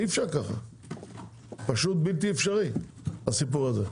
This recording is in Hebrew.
בלתי אפשרי הסיפור הזה.